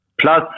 Plus